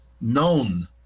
known